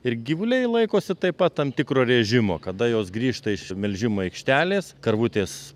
ir gyvuliai laikosi taip pat tam tikro režimo kada jos grįžta iš melžimo aikštelės karvutės